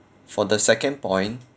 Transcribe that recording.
for the second point